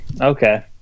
okay